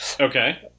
Okay